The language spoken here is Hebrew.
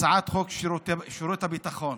הצעות חוק שירות הביטחון?